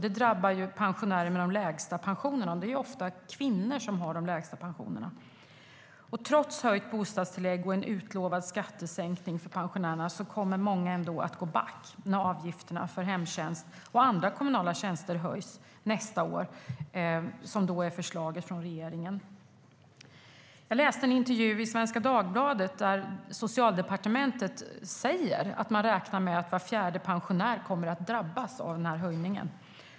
Det drabbar pensionärer med de lägsta pensionerna, och det är ofta kvinnor som har de lägsta pensionerna. Trots höjt bostadstillägg och en utlovad skattesänkning för pensionärerna kommer många ändå att gå back när avgifterna för hemtjänst och andra kommunala tjänster höjs nästa år, som är förslaget från regeringen. Jag läste en intervju i Svenska Dagbladet där en representant för Socialdepartementet säger att man räknar med att var fjärde pensionär kommer att drabbas av höjningen.